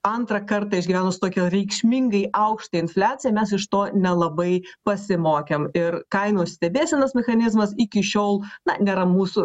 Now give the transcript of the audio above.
antrą kartą išgyvenus tokią reikšmingai aukštą infliaciją mes iš to nelabai pasimokėm ir kainų stebėsenos mechanizmas iki šiol na nėra mūsų